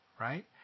right